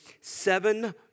seven